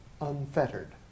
unfettered